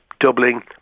doubling